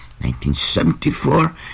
1974